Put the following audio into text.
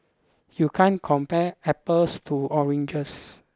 you can't compare apples to oranges